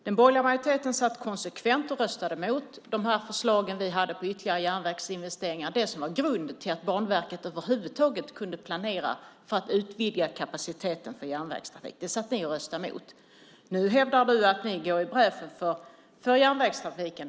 Den borgerliga majoriteten satt konsekvent och röstade mot förslagen som vi hade på ytterligare järnvägsinvesteringar - det som var grunden till att Banverket över huvud taget kunde planera för att utvidga kapaciteten för järnvägstrafik. Det satt ni och röstade emot. Nu hävdar du att ni går i bräschen för järnvägstrafiken.